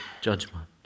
judgment